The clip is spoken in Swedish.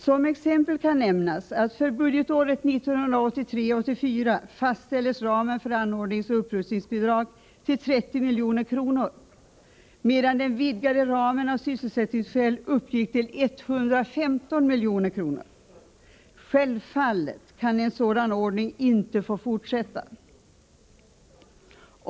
Som exempel kan nämnas att ramen för anordningsoch upprustningsbidrag för budgetåret 1983/84 fastställdes till 30 milj.kr., medan den av sysselsättningsskäl vidgade ramen uppgick till 115 milj.kr. Självfallet kan en sådan ordning inte få fortsätta.